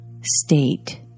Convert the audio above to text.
state